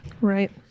Right